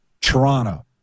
Toronto